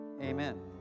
amen